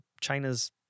China's